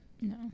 No